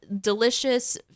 delicious